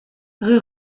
rue